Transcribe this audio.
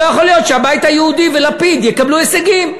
לא יכול להיות שהבית היהודי ולפיד יקבלו הישגים.